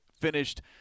finished